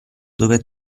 dove